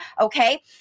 Okay